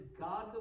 God